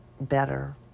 better